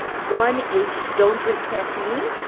one is don't drink caffeine.